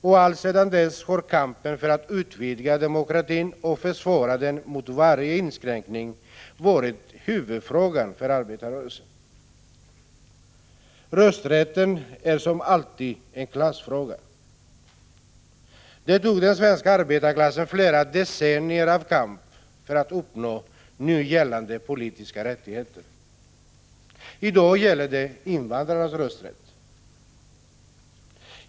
Och alltsedan dess har kampen för att utvidga demokratin och försvara den mot varje inskränkning varit huvudfrågan för arbetarrörelsen. Rösträtten är som alltid en klassfråga. Det tog den svenska arbetarklassen flera decennier av kamp för att uppnå nu gällande politiska rättigheter. I dag gäller det invandrarnas rösträtt.